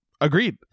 Agreed